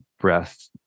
breath